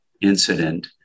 incident